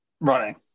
running